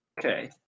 Okay